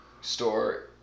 store